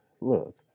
look